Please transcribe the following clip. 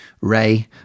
ray